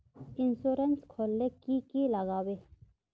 Insurance खोले की की लगाबे?